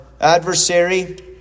adversary